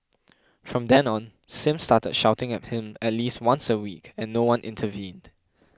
from then on Sim started shouting at him at least once a week and no one intervened